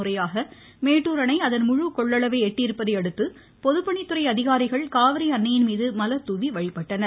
முறையாக மேட்டுர் அணை அதன் முழு கொள்ளளவை எட்டியுள்ளதை அடுத்து பொதுப்பணித்துறை அதிகாரிகள் காவிரி அன்னையின் மீது மலர் தூவி வழிபட்டனர்